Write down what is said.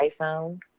iPhone